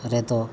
ᱨᱮᱫᱚ